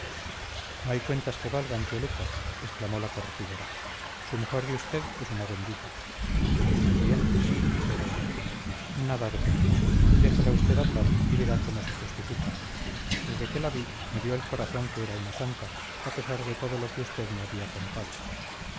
no hay cuentas que valgan tío lucas exclamó la corregidora su mujer de usted es una bendita bien sí pero nada de pero déjela usted hablar y verá como se justifica desde que la vi me dio el corazón que era una santa a pesar de todo lo que usted me había contado